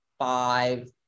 five